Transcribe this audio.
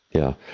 yeah.